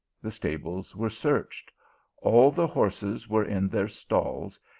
the stables were searched all the horses were in their stalls,